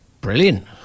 brilliant